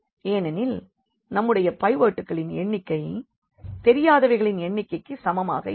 ஏனெனில் நம்முடைய பைவட்களின் எண்ணிக்கை தெரியாதவைகளின் எண்ணிக்கைக்கு சமமாக இருக்கும்